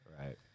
Right